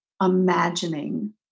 imagining